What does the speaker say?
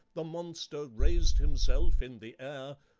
the monster raised himself in the air,